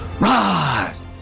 rise